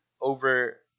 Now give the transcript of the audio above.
over